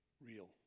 real